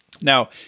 Now